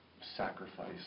sacrifice